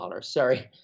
sorry